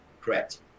Correct